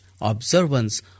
observance